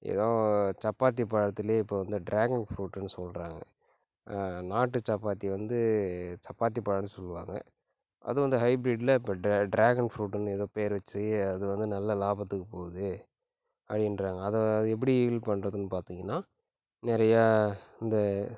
ஏதோ சப்பாத்தி பழத்துல இப்போ வந்து ட்ராகன் ஃப்ரூட்டுன்னு சொல்லுறாங்க நாட்டு சப்பாத்தி வந்து சப்பாத்தி பழம்னு சொல்லுவாங்க அது வந்து ஹைப்ரிட்டில இப்போ ட்ரா ட்ராகன் ஃப்ரூட்டுனு ஏதோ பேர் வச்சு அது வந்து நல்ல லாபத்துக்கு போவுது அப்படின்றாங்க அதை அதை எப்படி ஈல்டு பண்ணுறதுன்னு பார்த்திங்கன்னா நிறையா இந்த